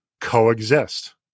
coexist